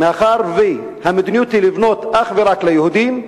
מאחר שהמדיניות היא לבנות אך ורק ליהודים,